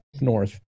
north